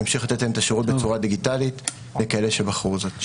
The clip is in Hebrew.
נמשיך לתת להם את השירות בצורה דיגיטלית לכאלה שבחרו זאת.